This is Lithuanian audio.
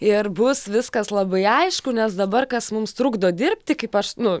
ir bus viskas labai aišku nes dabar kas mums trukdo dirbti kaip aš nu